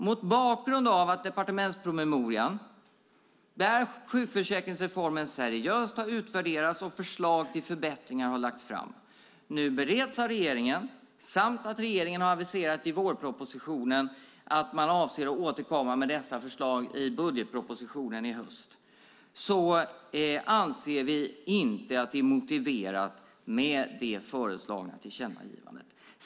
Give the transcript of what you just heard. Mot bakgrund av att departementspromemorian, där sjukförsäkringsreformen seriöst utvärderats och förslag till förbättringar lagts fram, nu bereds av regeringen och mot bakgrund av att regeringen har aviserat i vårpropositionen att man avser att återkomma med förslagen i budgetpropositionen i höst anser vi inte att det är motiverat med det föreslagna tillkännagivandet.